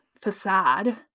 facade